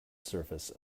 surface